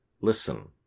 Listen